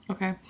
Okay